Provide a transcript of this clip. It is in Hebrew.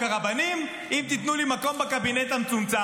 הרבנים אם תיתנו לי מקום בקבינט המצומצם.